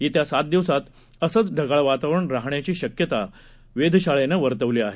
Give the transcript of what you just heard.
येत्या सात दिवसात असंच ढगाळ वातावरण राहण्याची शक्यता वेधशाळेनं वर्तवली आहे